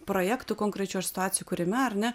projektų konkrečių ir situacijų kūrime ar ne